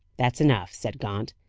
that's enough, said gaunt.